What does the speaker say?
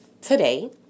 today